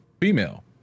female